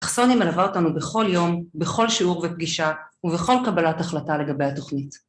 אכסוני מלווה אותנו בכל יום, בכל שיעור ופגישה ובכל קבלת החלטה לגבי התוכנית.